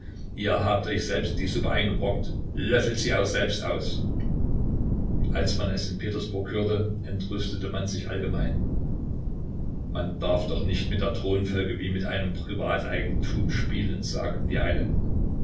ihr habt euch selbst die suppe eingebrockt löffelt sie auch selbst aus als man es in petersburg hörte entrüstete man sich allgemein man darf doch nicht mit der thronfolge wie mit einem privateigentum spielen sagten die einen